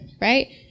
Right